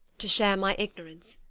to share my ignorance?